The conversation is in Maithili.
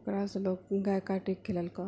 ओकरासँ लोक गायके काटिके खिलेलको